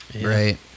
right